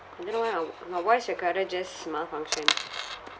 I don't know why uh my voice recorder just malfunctioned